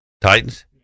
Titans